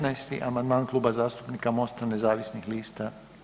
15. amandman Kluba zastupnika Mosta nezavisnih lista.